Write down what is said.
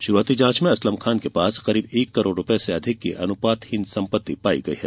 शुरुआती जांच में असलम खान के पास करीब एक करोड़ रुपए से अधिक की अनुपातहीन संपत्ति पाई गई है